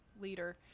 leader